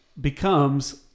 becomes